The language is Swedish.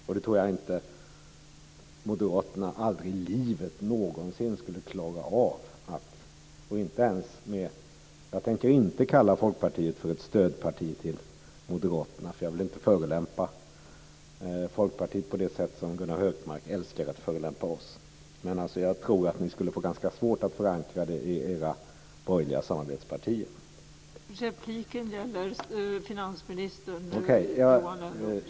Jag tror inte att Moderaterna någonsin skulle klara av det. Jag tänker inte kalla Folkpartiet ett stödparti till Moderaterna, för jag vill inte förolämpa Folkpartiet på det sätt som Gunnar Hökmark älskar att förolämpa oss. Jag tror alltså att Moderaterna skulle få ganska svårt att förankra detta i de borgerliga samarbetspartierna.